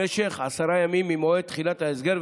למשך עשרה ימים ממועד תחילת ההסגר,